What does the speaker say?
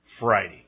Friday